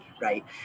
right